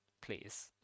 please